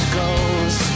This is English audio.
goes